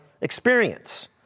experience